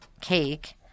cake